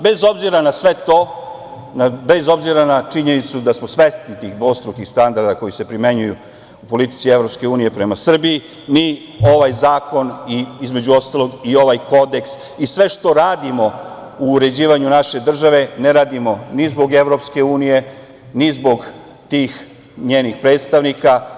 Bez obzira na sve to, bez obzira na činjenicu da smo svesni tih dvostrukih standarda koji se primenjuju u politici EU prema Srbiji, mi ovaj zakon i, između ostalog, i ovaj Kodeks i sve što radimo u uređivanju naše države ne radimo ni zbog EU, ni zbog tih njenih predstavnika.